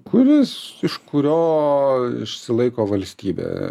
kuris iš kurio išsilaiko valstybė